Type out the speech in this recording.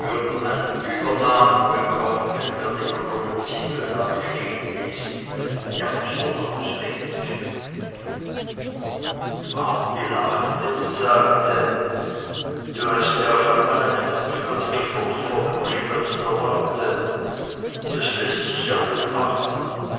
übernamen bekommen wenn wir den krummen zipfel da bestehen ließen er muß durchaus weg marti lachte und sagte du hast ja auf einmal eine merkwürdige furcht vor dem gespötte der leute das läßt sich aber ja wohl machen